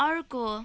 अर्को